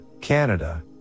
Canada